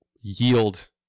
yield